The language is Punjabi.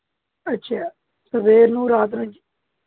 ਅੱਛਾ ਸਵੇਰ ਨੂੰ ਰਾਤ ਨੂੰ